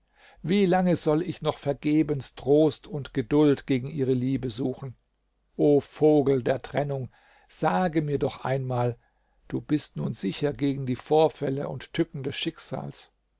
wie lange soll ich noch vergebens trost und geduld gegen ihre liebe suchen o vogel der trennung sage mir doch einmal du bist nun sicher gegen die vorfälle und tücken des schicksals